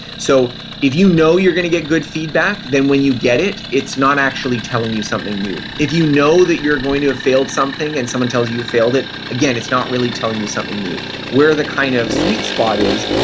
so if you know you're going to get good feedback, then when you get it, it's not actually telling you something new. if you know that you're going to have failed something and someone tells you, you failed it, again, it's not really telling you something new where the kind of sweet spot is,